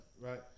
Right